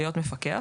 להיות מפקח,